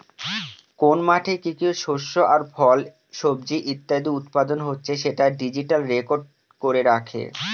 কোন মাঠে কি কি শস্য আর ফল, সবজি ইত্যাদি উৎপাদন হচ্ছে সেটা ডিজিটালি রেকর্ড করে রাখে